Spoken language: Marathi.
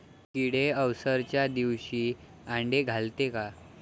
किडे अवसच्या दिवशी आंडे घालते का?